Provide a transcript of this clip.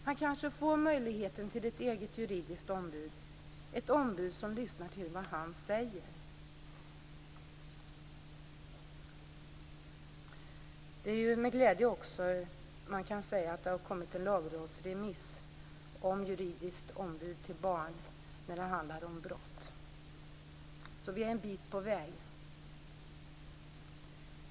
Han kanske får möjligheten till ett eget juridiskt ombud, ett ombud som lyssnar till vad han säger. Det är också med glädje man kan säga att det har kommit en lagrådsremiss om juridiskt ombud till barn när det handlar om brott, så vi är en bit på väg.